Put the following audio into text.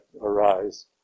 arise